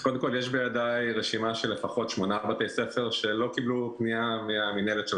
בידיי רשימה של לפחות שמונה בתי-ספר שלא קיבלו את הפנייה שלך,